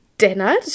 dinner